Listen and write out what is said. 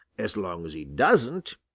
as long as he doesn't,